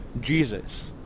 Jesus